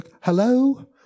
Hello